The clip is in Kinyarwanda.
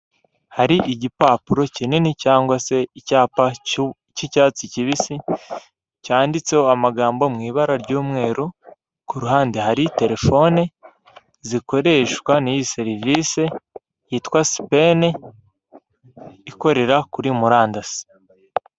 Hari igipapuro kinini cyangwa se icyapa k'icyatsi kibisi, cyanditseho amagambo mu ibara ry'umweru, ku ruhande hari telefone zikoreshwa, n'iyi serivisi yitwa sipene, ikorera kuri murandasi.